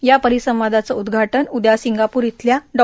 या परिसंवादाचं उद्घाटन उद्घा सिंगापूर इयल्या डॉ